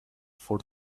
for